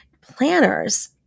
planners